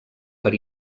per